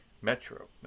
Metro